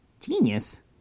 Genius